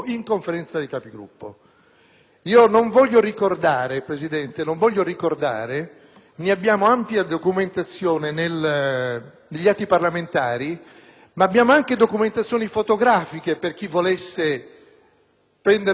(ne abbiamo ampia documentazione negli atti parlamentari, ma abbiamo anche documentazioni fotografiche per chi volesse prenderne visione), i comportamenti dell'opposizione nella passata legislatura,